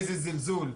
איזה זלזול.